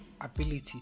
ability